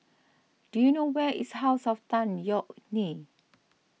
do you know where is House of Tan Yeok Nee